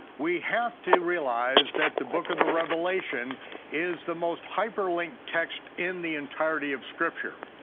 we have to realize that the book of the revelation is the most hyperlinked text in the entirety of scripture.